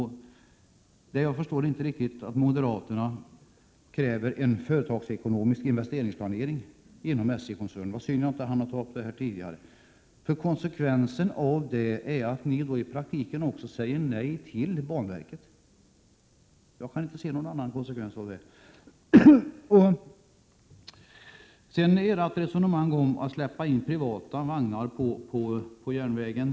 Jag förstår inte riktigt varför moderaterna kräver en företagsekonomisk investeringsplanering inom SJ-koncernen. Det är synd att frågan inte togs upp tidigare. Det betyder att ni i praktiken säger nej till banverket. Jag kan inte dra någon annan slutsats av detta. Sedan till moderaternas resonemang om att släppa in privata vagnar på järnvägen.